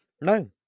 No